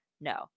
No